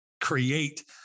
create